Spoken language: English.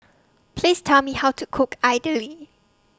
Please Tell Me How to Cook Idly